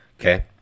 Okay